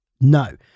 No